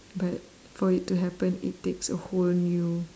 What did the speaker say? but for it to happen it takes a whole new